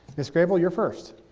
miss grey bull, you're first.